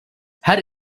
her